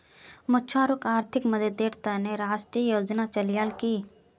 मछुवारॉक आर्थिक मददेर त न राष्ट्रीय योजना चलैयाल की